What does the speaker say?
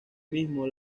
mismo